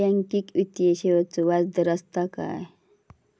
Banking वित्तीय सेवाचो व्याजदर असता काय?